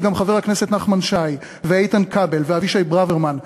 גם חברי הכנסת נחמן שי ואיתן כבל ואבישי ברוורמן,